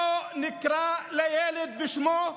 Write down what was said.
בוא נקרא לילד בשמו: